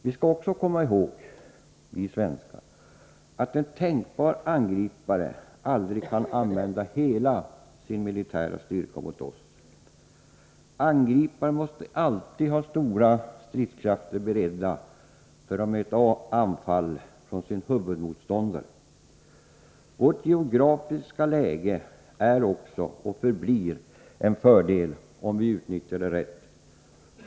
Vi skall också komma ihåg, vi svenskar, att en tänkbar angripare aldrig kan använda hela sin militära styrka mot oss. Angriparen måste alltid ha stora stridskrafter beredda för att möta anfall från sin huvudmotståndare. Vårt geografiska läge är och förblir också en fördel om vi utnyttjar det rätt.